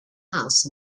house